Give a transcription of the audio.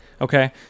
Okay